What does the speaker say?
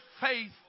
faith